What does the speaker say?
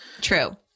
True